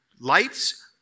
lights